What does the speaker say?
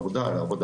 העלות